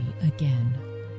again